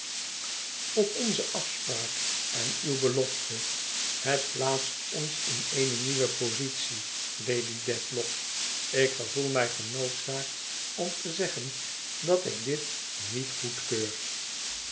op onze afspraak en uwe belofte het plaatst ons in eene nieuwe positie lady dedlock ik gevoel mij genoodzaakt om te zeggen dat ik dit niet goedkeur